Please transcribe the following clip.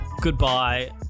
goodbye